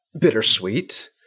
bittersweet